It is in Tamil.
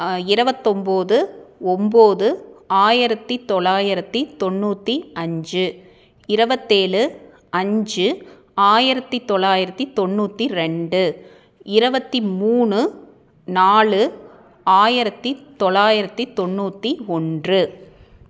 இருபத்தி ஒம்பது ஒம்பது ஆயிரத்து தொள்ளாயிரத்தி தொண்ணூற்றி அஞ்சு இருபத்தி ஏழு அஞ்சு ஆயிரத்து தொள்ளாயிரத்தி தொண்ணூற்றி ரெண்டு இருபத்தி மூணு நாலு ஆயிரத்து தொள்ளாயிரத்தி தொண்ணூற்றி ஒன்று